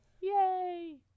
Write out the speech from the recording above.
Yay